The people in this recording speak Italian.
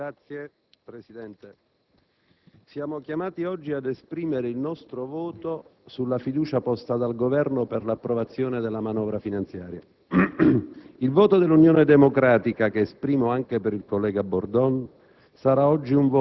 Signor Presidente, siamo chiamati oggi ad esprimere il nostro voto sulla fiducia posta dal Governo per l'approvazione della manovra finanziaria. Il voto dell'Unione Democratica, che esprimo anche per il collega Bordon,